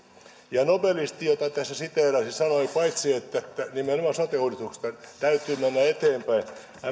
ja nobelisti jota tässä siteerasin paitsi sanoi nimenomaan sote uudistuksesta että täytyy mennä eteenpäin